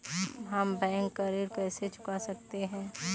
हम बैंक का ऋण कैसे चुका सकते हैं?